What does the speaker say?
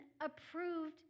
approved